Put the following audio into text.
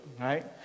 right